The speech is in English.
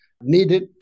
needed